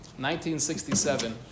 1967